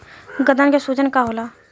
गदन के सूजन का होला?